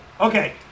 Okay